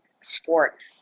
sport